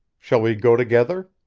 shall we go together?